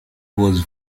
was